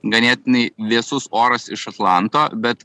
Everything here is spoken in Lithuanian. ganėtinai vėsus oras iš atlanto bet